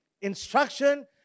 instruction